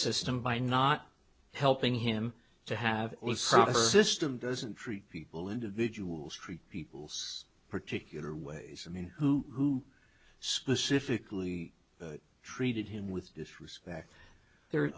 system by not helping him to have system doesn't treat people individuals treat people's particular ways i mean who specifically treated him with disrespect there